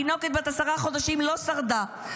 התינוקת בת העשרה חודשים לא שרדה,